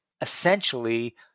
essentially